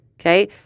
Okay